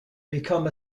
become